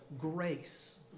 Grace